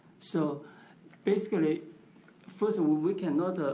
so basically first of all we cannot ah